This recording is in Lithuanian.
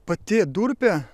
pati durpė